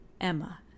Emma